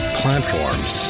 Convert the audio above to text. platforms